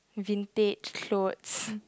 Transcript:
vintage clothes